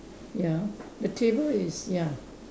ya the table is ya